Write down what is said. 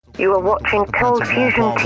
you are watching coldfusion